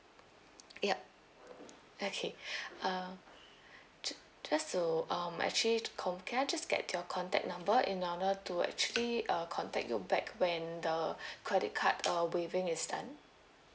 ya okay uh ju~ just to um actually to con~ can I just get your contact number in order to actually uh contact you back when the credit card uh waiving is done